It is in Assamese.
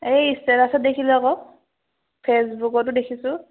এই ষ্টেটাছত দেখিলোঁ আকৌ ফে'চবুকতো দেখিছোঁ